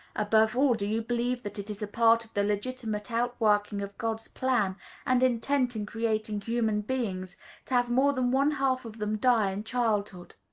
above all, do you believe that it is a part of the legitimate outworking of god's plan and intent in creating human beings to have more than one-half of them die in childhood?